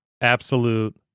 Absolute